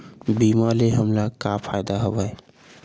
बीमा ले हमला का फ़ायदा हवय?